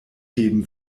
heben